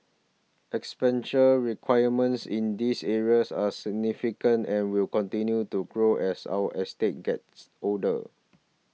expenditure requirements in these areas are significant and will continue to grow as our estates gets older